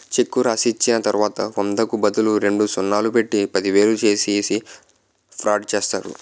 చెక్కు రాసిచ్చిన తర్వాత వందకు బదులు రెండు సున్నాలు పెట్టి పదివేలు చేసేసి ఫ్రాడ్ చేస్తారు